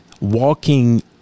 walking